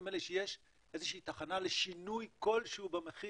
נדמה לי שיש איזה שהיא תחנה ל שינוי כלשהו במחיר